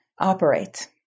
operate